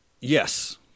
Yes